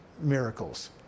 miracles